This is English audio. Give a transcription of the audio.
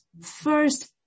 first